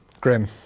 Grim